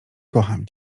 kocham